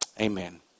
Amen